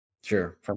Sure